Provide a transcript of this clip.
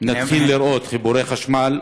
נתחיל לראות חיבורי חשמל,